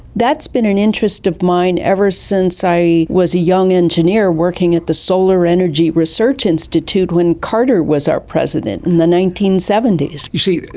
that's been an interest of mine ever since i was a young engineer working at the solar energy research institute when carter was our president in the nineteen seventy s. you see,